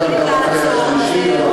אפשר גם אחרי השלישי,